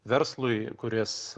verslui kuris